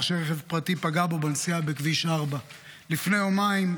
שרכב פרטי פגע בו בנסיעה בכביש 4. לפני יומיים,